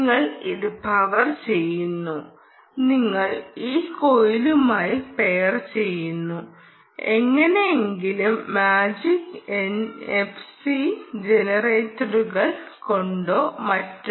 നിങ്ങൾ ഇത് പവർ ചെയ്യുന്നു നിങ്ങൾ ഈ കോയിലുമായി പെയർ ചെയ്യുന്നു എങ്ങനെയെങ്കിലും മാജിക് എൻഎഫ്സി ജനറേറ്ററുകൾ കൊണ്ടോ മറ്റോ